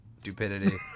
Stupidity